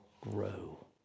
grow